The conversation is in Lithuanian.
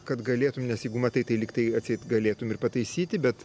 kad galėtum nes jeigu matai tai lyg tai atseit galėtum ir pataisyti bet